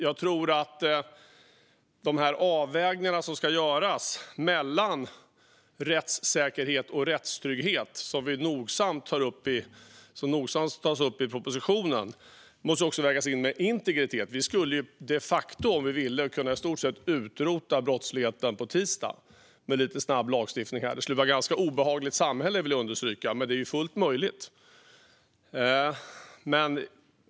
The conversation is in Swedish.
Jag tror att de avvägningar som ska göras mellan rättssäkerhet och rättstrygghet, som nogsamt tas upp i propositionen, också måste vägas mot integritet. Vi skulle de facto kunna i stort sett utrota brottsligheten på tisdag, om vi ville, med lite snabb lagstiftning. Det skulle bli ett ganska obehagligt samhälle, vill jag understryka, men det är fullt möjligt.